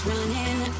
Running